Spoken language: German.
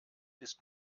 ist